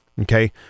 Okay